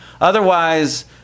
Otherwise